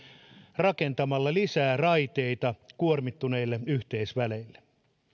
rakentamalla lisää raiteita kuormittuneille yhteysväleille